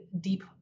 deep